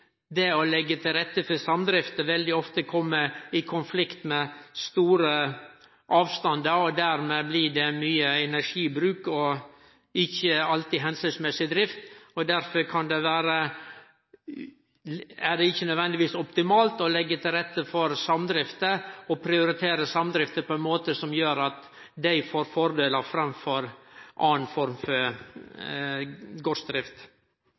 det å leggje til rette for samdrifter veldig ofte kome i konflikt med store avstandar. Dermed blir det mykje energibruk og ikkje alltid hensiktsmessig drift, og derfor er det ikkje nødvendigvis optimalt å leggje til rette for og prioritere samdrifter på ein måte som gjer at dei får fordelar framfor andre former for gardsdrift.